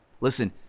Listen